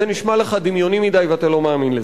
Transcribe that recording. זה נשמע לך דמיוני מדי, ואתה לא מאמין לזה.